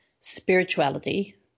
spirituality